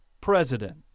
president